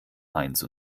eins